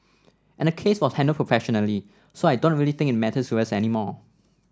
and the case was handled professionally so I don't really think it matters to us anymore